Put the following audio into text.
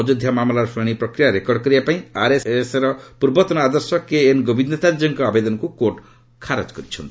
ଅଯୋଧ୍ୟା ମାମଲାର ଶୁଣାଣି ପ୍ରକ୍ରିୟା ରେକର୍ଡ କରିବା ପାଇଁ ଆର୍ଏସ୍ଏସ୍ର ପୂର୍ବତନ ଆଦର୍ଶ କେଏନ୍ଗୋବିନ୍ଦାଚାର୍ଯ୍ୟଙ୍କ ଆବେଦନକୁ କୋର୍ଟ ଖାରଜ କରିଛନ୍ତି